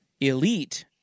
elite